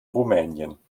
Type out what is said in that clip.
rumänien